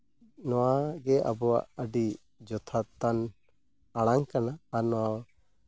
ᱱᱚᱣᱟᱜᱮ ᱟᱵᱚᱣᱟᱜ ᱟᱹᱰᱤ ᱡᱚᱛᱷᱟᱛᱟᱱ ᱟᱲᱟᱝ ᱠᱟᱱᱟ ᱟᱨ ᱱᱚᱣᱟ